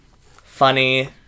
funny